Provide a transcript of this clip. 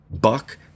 Buck